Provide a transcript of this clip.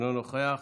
אינו נוכח,